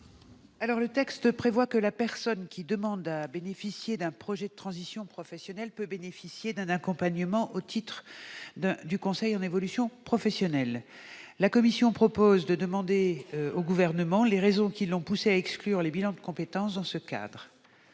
? Le texte prévoit que la personne qui demande à bénéficier d'un projet de transition professionnelle peut profiter d'un accompagnement au titre du conseil en évolution professionnelle. La commission souhaiterait connaître les raisons qui ont poussé le Gouvernement à exclure les bilans de compétences de ce cadre,